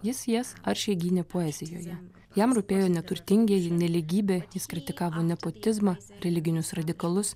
jis jas aršiai gynė poezijoje jam rūpėjo neturtingieji nelygybė jis kritikavo nepotizmą religinius radikalus